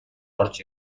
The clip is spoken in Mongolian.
орж